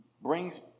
brings